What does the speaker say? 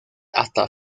hasta